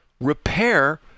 repair